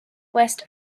west